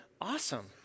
Awesome